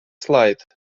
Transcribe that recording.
слайд